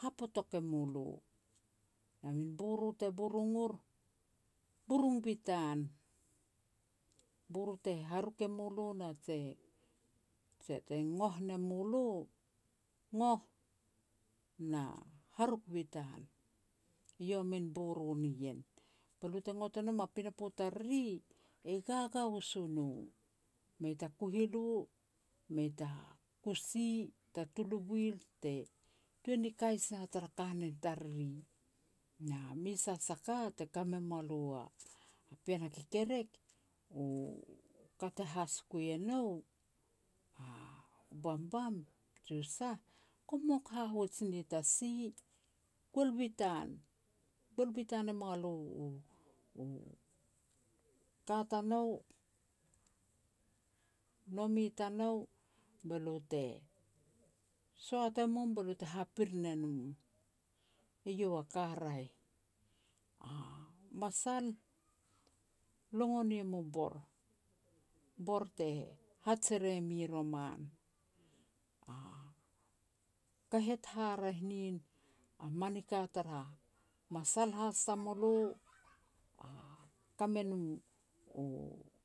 hapotok e mulo, a min boro te burung ur, burung bitan, boro te haruk e mulo na te-te-te goh ne mulo, goh na haruk bitan. Eiau a min boro nien, be lo te ngot e nom a pinapo tariri e gagaus o no. Mei ta kuhilu, mei ta kusi, ta tulubuil te tuan ni kais na tara kanen tariri. Na mes has a ka te ka me mualo a pean a kekerek, u ka te hasiko enou, bumbum jui sah, kum mok hahuj ni tasi, buel bitan, buel bitan e mua lo u-u ka tanou, nome tanou, be lo te soat e mum be lo te hapir ne nom, eiau a ka raeh. A masal logon iam u bor, bor te haj e re mi i roman. Kahet haraeh nin a mani ka tara masal has tamulo, ka me no u